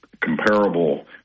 comparable